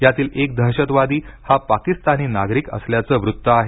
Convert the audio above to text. यातील एक दहशतवादी हा पाकिस्तानी नागरिक असल्याचं वृत्त आहे